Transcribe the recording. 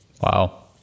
wow